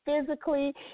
physically